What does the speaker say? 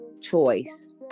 choice